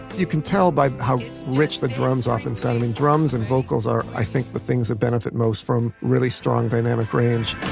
you can tell by how rich the drums often sound. and drums and vocals are i think the things that benefit most from really strong dynamic range